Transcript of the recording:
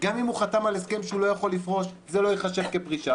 גם אם הוא חתם על הסכם שהוא לא יכול לפרוש זה לא ייחשב כפרישה.